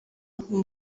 ngo